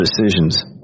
decisions